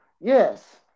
Yes